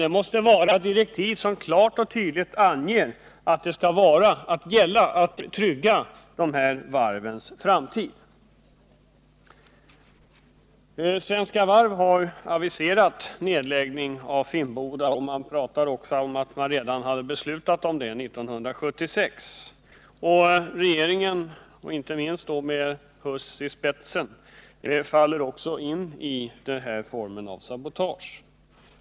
Det måste vara direktiv som tydligt anger att avsikten är att trygga de här varvens framtid. Svenska Varv AB har aviserat nedläggning av Finnboda, och det talas också om att detta beslutats redan 1976. Regeringen, med industriminister Huss i spetsen, faller också in när det gäller den här formen av sabotage.